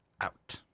out